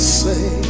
say